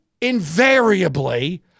invariably